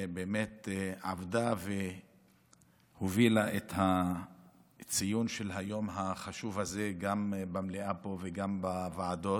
שבאמת עבדה והובילה את ציון היום החשוב הזה גם במליאה פה וגם בוועדות.